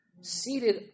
seated